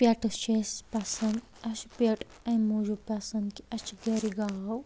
pets چھِ اسہِ پسند اسہِ چھِ پٮ۪ٹ امہِ موٗجوٗب پسند کہِ اسہِ چھِ گرِ گٲو